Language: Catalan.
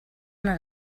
una